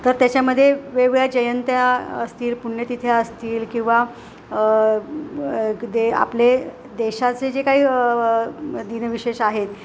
तर त्याच्यामदे वेगवेगळ्या जयंत्या असतील पुण्यतिथ्या असतील किंवा दे आपले देशाचे जे काही दिनविशेष आहेत